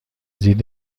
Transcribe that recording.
دید